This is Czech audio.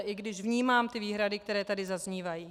I když vnímám výhrady, které tady zaznívají.